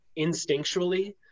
instinctually